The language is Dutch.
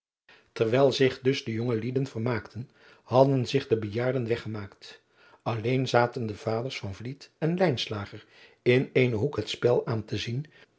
erwijl zich dus de jongelieden vermaakten hadden zich de bejaarderen weggemaakt alleen zaten de aders en in eenen hoek het spel aan te zien